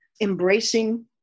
embracing